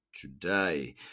today